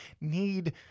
need